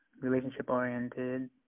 relationship-oriented